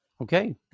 Okay